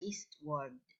eastward